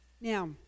Now